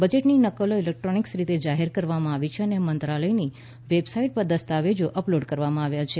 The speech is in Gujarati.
બજેટની નકલો ઇલેક્ટ્રોનિક રીતે જાહેર કરવામાં આવી છે અને મંત્રાલયની વેબસાઇટ પર દસ્તાવેજો અપલોડ કરવામાં આવ્યા છે